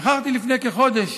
נכחתי לפני כחודש